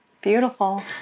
beautiful